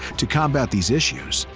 to combat these issues,